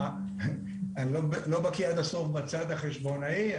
אני לא בקי עד הסוף בצד החשבונאי,